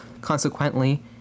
Consequently